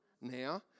now